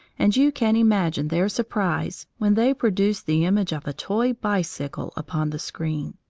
and you can imagine their surprise when they produced the image of a toy bicycle upon the screen.